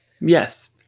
Yes